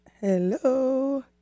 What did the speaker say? Hello